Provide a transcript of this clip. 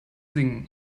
singen